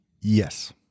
Yes